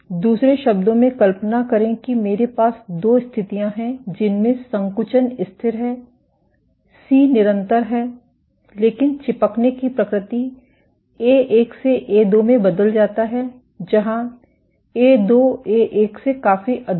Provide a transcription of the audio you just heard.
दूसरे शब्दों में कल्पना करें कि मेरे पास दो स्थितियां हैं जिनमें संकुचन स्थिर है सी निरंतर है लेकिन चिपकने की प्रकृति ए1 से ए2 में बदल जाता है जहां ए2 ए1 से काफी अधिक है